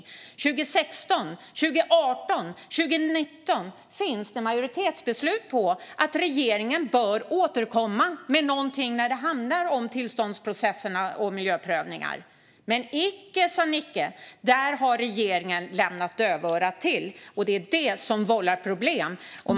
Åren 2016, 2018 och 2019 finns det majoritetsbeslut om att regeringen bör återkomma med någonting när det handlar om tillståndsprocesser och miljöprövningar, men icke sa Nicke. Där har regeringen slagit dövörat till, och det är det som vållar problem.